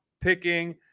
picking